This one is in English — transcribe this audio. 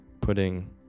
putting